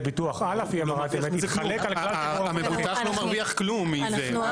ביטוח על אף אי אמירת אמת --- המבוטח לא מרוויח כלום מזה.